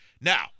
Now